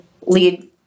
lead